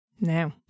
Now